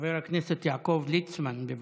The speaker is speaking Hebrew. חבר הכנסת יעקב ליצמן, בבקשה.